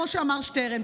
כמו שאמר שטרן,